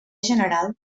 general